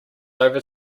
over